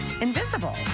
invisible